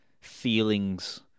feelings